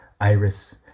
iris